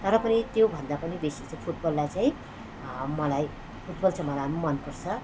तर पनि त्योभन्दा पनि बेसी फुटबललाई चाहिँ मलाई फुटबल चाहिँ मलाई पनि मनपर्छ